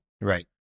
Right